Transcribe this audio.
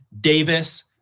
Davis